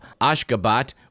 Ashgabat